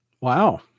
Wow